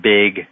big